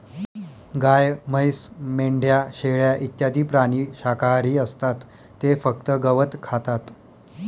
गाय, म्हैस, मेंढ्या, शेळ्या इत्यादी प्राणी शाकाहारी असतात ते फक्त गवत खातात